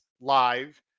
live